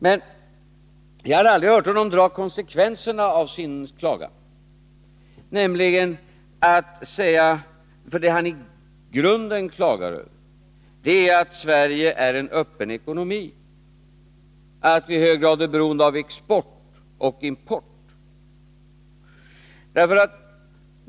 Men jag har aldrig hört honom dra konsekvenserna av sin klagan. Det han i grunden klagar över är att Sverige är en öppen ekonomi, att vi i hög grad är beroende av export och import.